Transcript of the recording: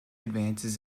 advances